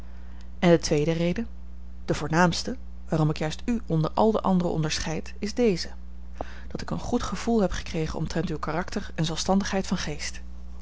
en de tweede reden de voornaamste waarom ik juist u onder al de anderen onderscheid is deze dat ik een goed gevoelen heb gekregen omtrent uw karakter en zelfstandigheid van geest